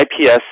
IPS